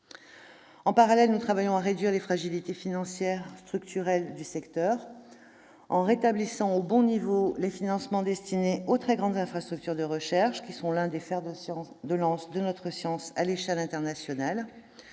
En parallèle, nous travaillons à réduire les fragilités financières structurelles du secteur, en rétablissant au bon niveau les financements destinés aux très grandes infrastructures de recherche, qui sont l'un des fers de lance de notre science à l'échelle internationale.